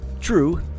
True